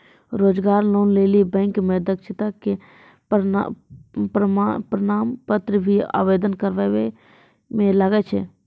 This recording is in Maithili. रोजगार लोन लेली बैंक मे दक्षता के प्रमाण पत्र भी आवेदन करबाबै मे लागै छै?